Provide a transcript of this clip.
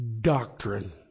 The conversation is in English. Doctrine